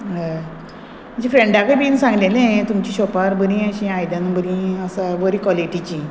हय म्हजे फ्रेंडाकय बीन सांगलेलें हांवें तुमचे शॉपार बरी अशीं आयदनां बरी आसा बरी क्वॉलिटीचीं